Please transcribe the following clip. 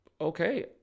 okay